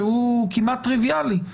שהוא כמעט טריוויאלי,